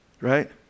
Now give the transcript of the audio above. Right